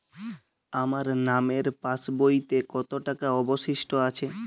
আমার নামের পাসবইতে কত টাকা অবশিষ্ট আছে?